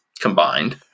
combined